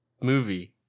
movie